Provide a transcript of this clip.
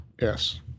Yes